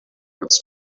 its